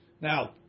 Now